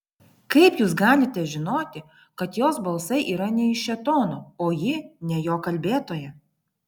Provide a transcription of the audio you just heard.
kaip jūs galite žinoti kad jos balsai yra ne iš šėtono o ji ne jo kalbėtoja